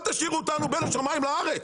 אל תשאירו אותנו בין השמיים לארץ,